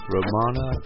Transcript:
Romana